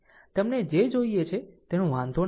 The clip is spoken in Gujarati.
તમને જે જોઈએ છે તેનો વાંધો નથી